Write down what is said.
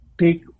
take